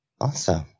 Awesome